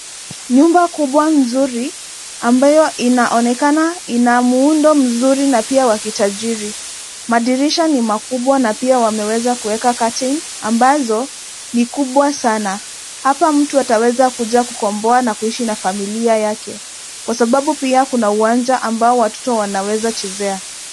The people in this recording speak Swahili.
Nyumba kubwa mzuri ambayo inaonekana ina muundo mzuri na pia wakitajiri. Madirisha ni makubwa na pia wameweza kuweka curtain ambazo ni kubwa sana. Hapa mtu ataweza kuja kukomboa na kuishi na familia yake kwa sababu pia kuna uwanja ambao watoto wanaweza chezea.